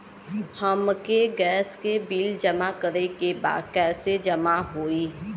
हमके गैस के बिल जमा करे के बा कैसे जमा होई?